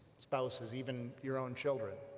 spouses, even your own children